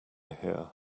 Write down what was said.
here